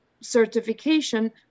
certification